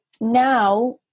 now